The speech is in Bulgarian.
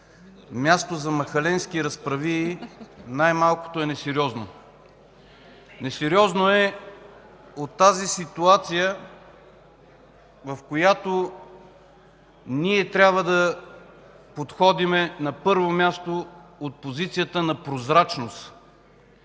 място за махленски разправии най-малкото е несериозно. Несериозно е от ситуацията, в която ние трябва да подходим, на първо място, от позицията на прозрачност.